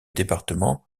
département